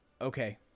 okay